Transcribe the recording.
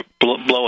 blowing